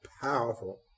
powerful